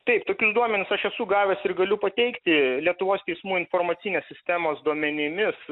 taip tokius duomenis aš esu gavęs ir galiu pateikti lietuvos teismų informacinės sistemos duomenimis